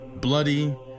bloody